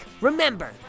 remember